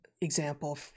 example